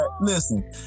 Listen